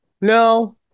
no